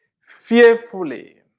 fearfully